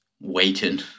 Waiting